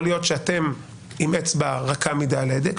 יכול להיות שאתם עם אצבע רכה מידי על ההדק,